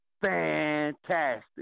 fantastic